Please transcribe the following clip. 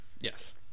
yes